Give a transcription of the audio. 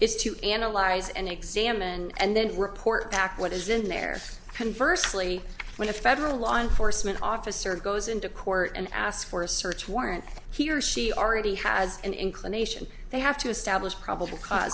is to analyze and examine and then report back what is in there if conversed fully when a federal law enforcement officer goes into court and ask for a search warrant he or she already has an inclination they have to establish probable cause